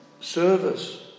service